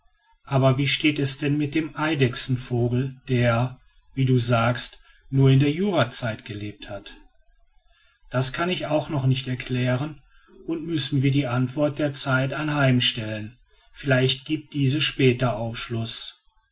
aber wie steht es denn mit dem eidechsenvogel der wie du sagst nur in der jurazeit gelebt hat das kann ich auch noch nicht erklären und müssen wir die antwort der zeit anheimstellen vielleicht gibt diese später aufschluß